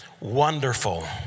wonderful